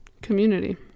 community